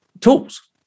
tools